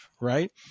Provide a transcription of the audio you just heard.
right